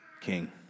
king